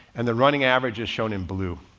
and the running average is shown in blue.